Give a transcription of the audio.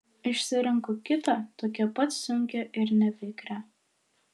išsirenku kitą tokią pat sunkią ir nevikrią